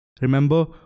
Remember